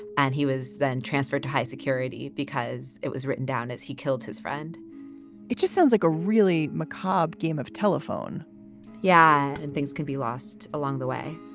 and he was then transferred to high security because it was written down as he killed his friend it just sounds like a really mcjob game of telephone yeah. and things can be lost along the way